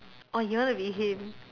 oh you wanna be him